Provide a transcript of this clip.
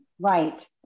Right